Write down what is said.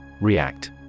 React